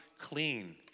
clean